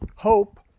Hope